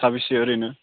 साबैसे ओरैनो